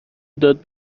داد